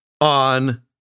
on